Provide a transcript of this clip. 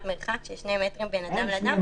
מרחק של שני מטרים בין אדם אחד לשני.